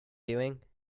doing